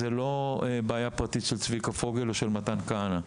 לא מדובר בבעיה פרטית של צביקה פוגל ושל מתן כהנא,